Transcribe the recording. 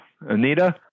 Anita